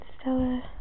Stella